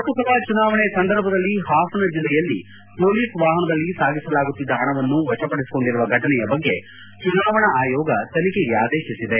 ಲೋಕಸಭಾ ಚುನಾವಣೆ ಸಂದರ್ಭದಲ್ಲಿ ಹಾಸನ ಜಿಲ್ಲೆಯಲ್ಲಿ ಮೊಲೀಸ್ ವಾಹನದಲ್ಲಿ ಸಾಗಿಸಲಾಗುತ್ತಿದ್ದ ಹಣವನ್ನು ವಶಪಡಿಸಿಕೊಂಡಿರುವ ಘಟನೆಯ ಬಗ್ಗೆ ಚುನಾವಣಾ ಆಯೋಗ ತನಿಖೆಗೆ ಆದೇಶಿಸಿದೆ